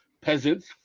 peasants